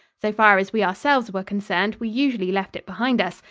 so far as we ourselves were concerned, we usually left it behind us,